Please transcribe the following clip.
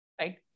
Right